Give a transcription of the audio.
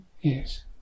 Yes